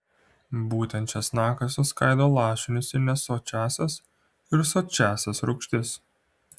būtent česnakas suskaido lašinius į nesočiąsias ir sočiąsias rūgštis